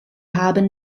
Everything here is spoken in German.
haben